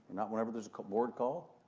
not whenever there's a board call,